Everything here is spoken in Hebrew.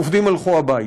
והעובדים הלכו הביתה.